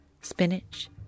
Spinach